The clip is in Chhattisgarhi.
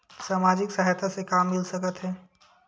सामाजिक सहायता से का मिल सकत हे?